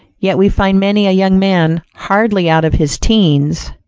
yet we find many a young man, hardly out of his teens,